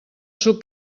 suc